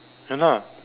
ya lah